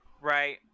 right